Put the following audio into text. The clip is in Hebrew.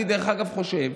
דרך אגב, אני חושב